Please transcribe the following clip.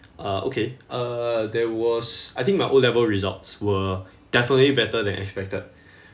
uh okay uh there was I think my O level results were definitely better than expected